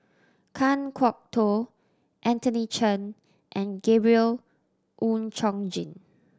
Kan Kwok Toh Anthony Chen and Gabriel Oon Chong Jin